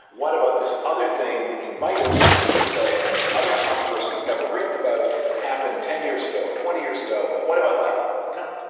what about this other thing that you might have but didn't say but that's another controversy you've never written about. that happened ten years ago or twenty years ago. what about that? you know,